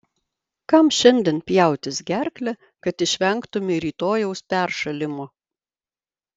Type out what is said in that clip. kam šiandien pjautis gerklę kad išvengtumei rytojaus peršalimo